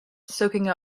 soaking